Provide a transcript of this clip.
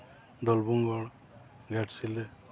Dhalbhumgarh Ghatshila